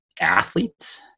athletes